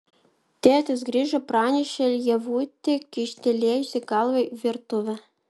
tėtis grįžo pranešė ievutė kyštelėjusi galvą į virtuvę